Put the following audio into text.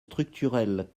structurelles